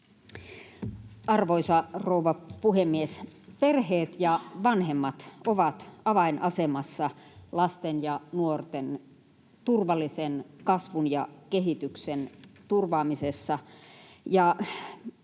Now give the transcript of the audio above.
Arvoisa rouva puhemies! Perheet ja vanhemmat ovat avainasemassa lasten ja nuorten turvallisen kasvun ja kehityksen turvaamisessa.